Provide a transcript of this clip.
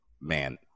man